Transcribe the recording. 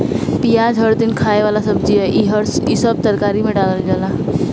पियाज हर दिन खाए वाला सब्जी हअ, इ सब तरकारी में डालल जाला